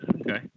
Okay